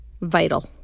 vital